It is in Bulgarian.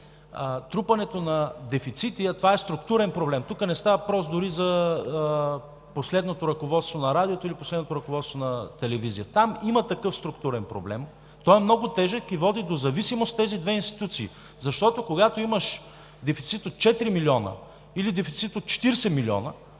трупането на дефицити, а това е структурен проблем, тук не става въпрос дори за последното ръководство на Радиото или последното ръководство на Телевизията, там има такъв структурен проблем. Той е много тежък и води до зависимост на тези две институции, защото когато имаш дефицит от четири милиона или дефицит от 40 милиона